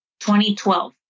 2012